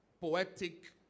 poetic